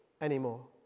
anymore